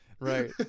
right